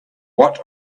what